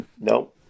nope